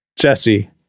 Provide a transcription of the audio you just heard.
Jesse